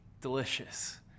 delicious